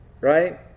Right